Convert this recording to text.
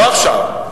לא עכשיו,